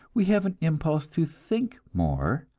we have an impulse to think more,